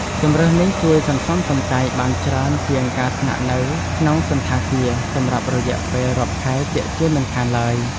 ជម្រើសនេះជួយសន្សំសំចៃបានច្រើនជាងការស្នាក់នៅក្នុងសណ្ឋាគារសម្រាប់រយៈពេលរាប់ខែជាក់ជាមិនខានឡើយ។